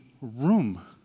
room